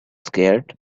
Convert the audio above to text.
scared